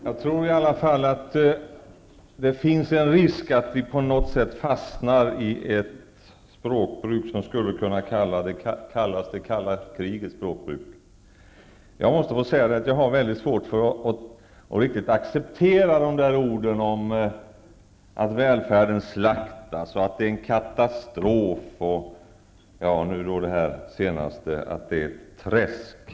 Jag tror i alla fall att det finns en risk för att vi på något sätt fastnar i ett språkbruk som skulle kunna kallas för det kallaste kalla krigets språkbruk. Jag måste säga att jag har väldigt svårt för att riktigt acceptera uttalanden om att välfärden slaktas, att det är en katastrof, att det -- och detta är det senaste -- är ett träsk.